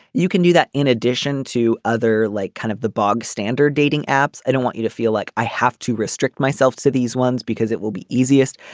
you can do that in addition to other like kind of the bog standard dating apps. i don't want you to feel like i have to restrict myself to these ones because it will be easiest.